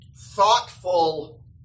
thoughtful